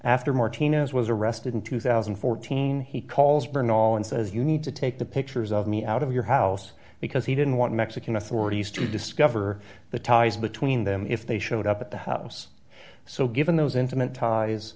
after martinez was arrested in two thousand and fourteen he calls burn all and says you need to take the pictures of me out of your house because he didn't want mexican authorities to discover the ties between them if they showed up at the house so given those intimate ties